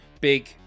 big